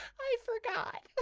i? forgot